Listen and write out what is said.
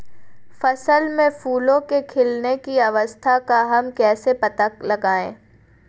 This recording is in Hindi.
फसल में फूलों के खिलने की अवस्था का हम कैसे पता लगाएं?